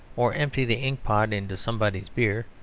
or empty the inkpot into somebody's beer,